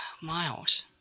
miles